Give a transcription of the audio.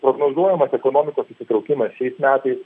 prognozuojamas ekonomikos susitraukimas šiais metais